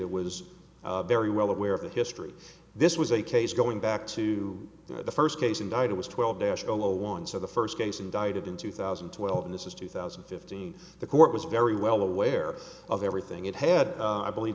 it was very well aware of the history this was a case going back to the first case indicted was twelve national on so the first case indicted in two thousand and twelve and this is two thousand and fifteen the court was very well aware of everything it had i believe